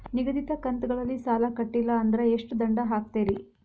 ನಿಗದಿತ ಕಂತ್ ಗಳಲ್ಲಿ ಸಾಲ ಕಟ್ಲಿಲ್ಲ ಅಂದ್ರ ಎಷ್ಟ ದಂಡ ಹಾಕ್ತೇರಿ?